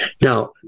Now